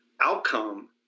outcome